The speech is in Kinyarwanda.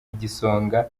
igisonga